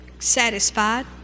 satisfied